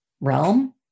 realm